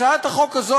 הצעת החוק הזאת,